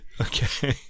Okay